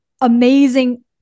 amazing